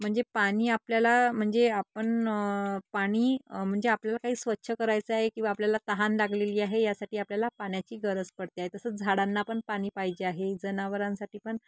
म्हणजे पाणी आपल्याला म्हणजे आपण पाणी म्हणजे आपल्याला काही स्वच्छ करायचं आहे किंवा आपल्याला तहान लागलेली आहे यासाठी आपल्याला पाण्याची गरज पडते आहे तसंच झाडांना पण पाणी पाहिजे आहे जनावरांसाठी पण